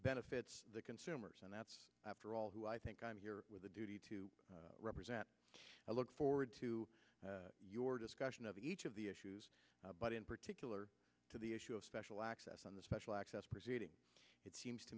benefits consumers and that's after all who i think i'm here with a duty to represent i look forward to your discussion of each of the issues but in particular to the issue of special access on the special access proceeding it seems to